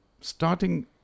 starting